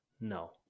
No